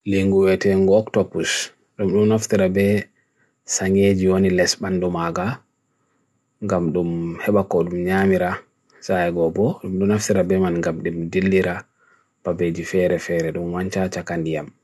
Lingu we te yungo octopush, rungun aftirabe sangye jiyon niles bandum aga, gam dum heba kodum nyamira zaya gobo, rungun aftirabe man gam dim dillira pabbeji fere fere dum wanchacha chakandiyam.